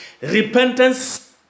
repentance